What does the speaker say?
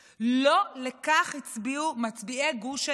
לא לכך הצביעו מצביעי גוש הימין.